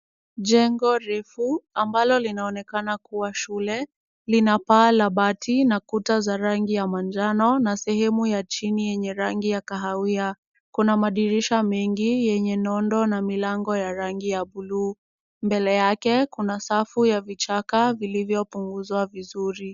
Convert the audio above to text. Jengo refu ambalo linaonekana kuwa shule lina paa la bati na kuta za rangi ya manjano na sehemu ya chini yenye rangi ya kahawia. Kuna madirisha mengi yenye nondo na milango ya rangi ya buluu. Mbele yake kuna safu ya vichaka vilivyopunguzwa vizuri.